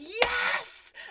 yes